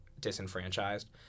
disenfranchised